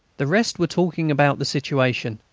the rest were talking about the situation.